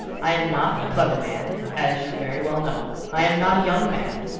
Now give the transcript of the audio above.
i am not a clever man, as you very well know. i am not a young man.